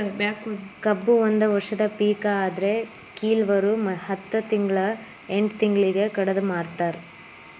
ಕಬ್ಬು ಒಂದ ವರ್ಷದ ಪಿಕ ಆದ್ರೆ ಕಿಲ್ವರು ಹತ್ತ ತಿಂಗ್ಳಾ ಎಂಟ್ ತಿಂಗ್ಳಿಗೆ ಕಡದ ಮಾರ್ತಾರ್